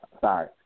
Sorry